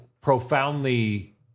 profoundly